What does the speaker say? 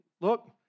Look